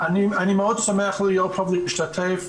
מאוד שמח להיות פה ולהשתתף,